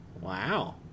Wow